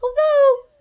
Hello